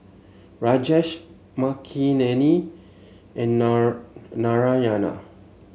Rajesh Makineni and Na Narayana